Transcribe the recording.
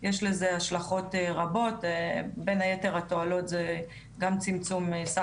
לפני שנתחיל אני כהרגלי, היום קיבלתי טיפ מהמם,